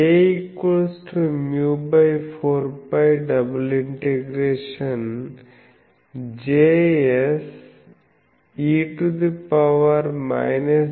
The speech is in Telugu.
A μ4π∬Jse jkIRIIRI ds' కు సమానం